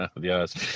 Yes